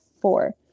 four